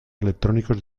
electrónicos